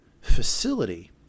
facility